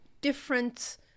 different